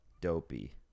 Dopey